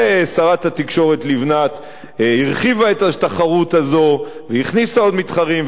ושרת התקשורת לבנת הרחיבה את התחרות הזו והכניסה עוד מתחרים,